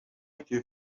نمکه